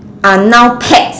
are now pets